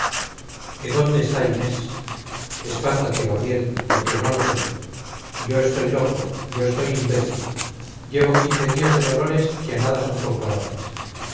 que dónde está inés espántate gabriel porque no lo sé yo estoy loco yo estoy imbécil llevo quince días de dolores que a nada son comparables